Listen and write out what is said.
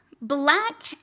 black